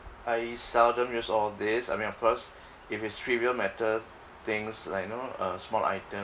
I seldom use all these I mean of course if it's trivial matter things like you know uh small item